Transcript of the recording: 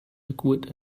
liquid